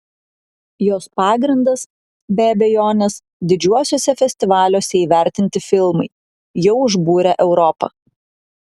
jos pagrindas be abejonės didžiuosiuose festivaliuose įvertinti filmai jau užbūrę europą